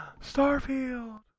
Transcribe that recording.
Starfield